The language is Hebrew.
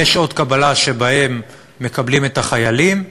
יש שעות קבלה שבהן מקבלים חיילים,